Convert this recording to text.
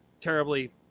terribly